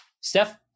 Steph